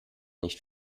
nicht